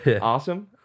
awesome